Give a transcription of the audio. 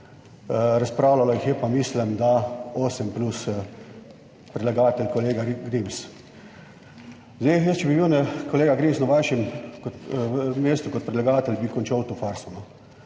razpravljalo jih je pa mislim, da 8 plus predlagatelj, kolega Grims. Jaz, če bi bil kolega Grims na vašem mestu kot predlagatelj, bi končal to farso,